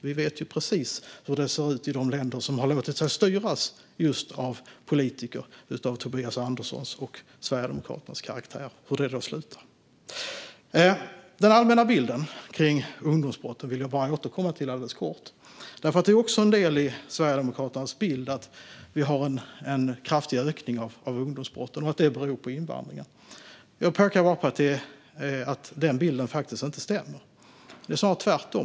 Vi vet precis hur det ser ut i de länder som har låtit sig styras av politiker av Tobias Anderssons och Sverigedemokraternas karaktär - och hur det slutar. Jag vill kort återkomma till den allmänna bilden av ungdomsbrotten, för det är också en del av Sverigedemokraternas bild att vi har en kraftig ökning av ungdomsbrotten och att det beror på invandringen. Jag vill påpeka att den bilden inte stämmer. Det är snarare tvärtom.